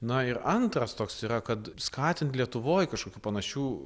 na ir antras toks yra kad skatint lietuvoj kažkokių panašių